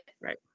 right